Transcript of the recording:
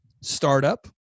startup